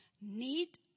need